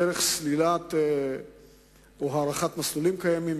דרך הארכת מסלולים קיימים,